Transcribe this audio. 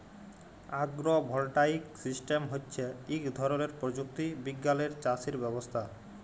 আগ্র voltaic system হচ্যে ইক ধরলের প্রযুক্তি বিজ্ঞালের চাসের ব্যবস্থা